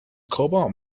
cobalt